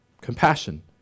compassion